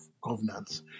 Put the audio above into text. governance